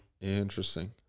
Interesting